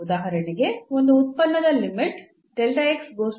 ಉದಾಹರಣೆಗೆ ಒಂದು ಉತ್ಪನ್ನದ ಎಂದು ಹೇಳೋಣ